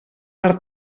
per